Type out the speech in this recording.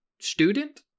student